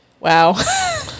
Wow